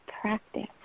practice